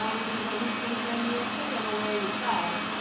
um which is what we've seen here in new york city on the lower east side.